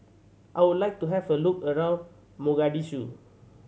I would like to have a look around Mogadishu